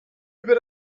über